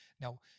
Now